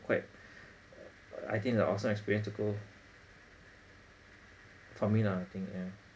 quite I think an awesome experience to go for me lah I think yeah